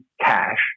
cash